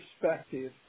perspective